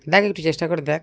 দেখ একটু চেষ্টা করে দেখ